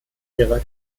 ihrer